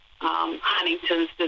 Huntington's